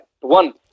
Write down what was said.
One